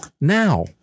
Now